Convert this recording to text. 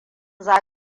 za